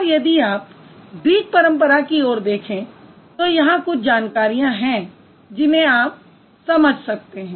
और यदि आप ग्रीक परंपरा की ओर देखें तो यहाँ कुछ जानकारियाँ हैं जिन्हें आप देख सकते हैं